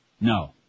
No